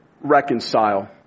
reconcile